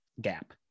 gap